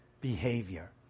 behavior